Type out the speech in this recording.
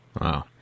Wow